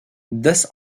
this